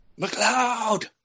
McLeod